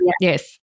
Yes